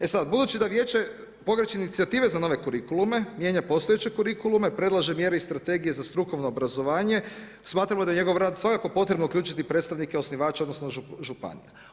E sad, budući da vijeće pokreće inicijative za nove kurikulume, mijenja postojeće kurikulume, predlaže mjere i strategije za strukovno obrazovanje smatramo da je u njegov rad potrebno uključiti predstavnike osnivača odnosno županija.